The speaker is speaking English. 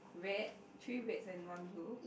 red three reds and one blue